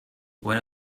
when